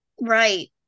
Right